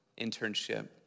internship